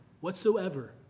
whatsoever